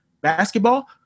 basketball